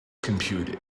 computed